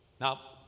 Now